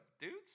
dudes